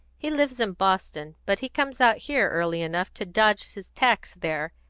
he lives in boston, but he comes out here early enough to dodge his tax there,